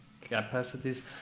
capacities